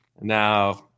Now